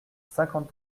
cinquante